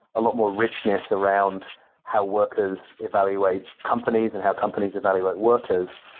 a lot more richness around how workers evaluate companies and how companies evaluate workers.